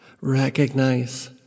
recognize